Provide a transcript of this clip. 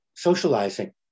socializing